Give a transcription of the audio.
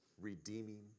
redeeming